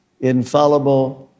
infallible